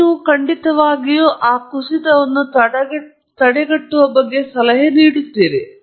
ತದನಂತರ ನೀವು ಖಂಡಿತವಾಗಿಯೂ ಇದನ್ನು ತಡೆಗಟ್ಟುವ ಬಗ್ಗೆ ಸಲಹೆ ನೀಡುತ್ತೀರಿ